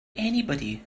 anybody